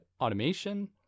automation